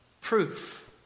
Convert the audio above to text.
proof